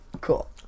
cool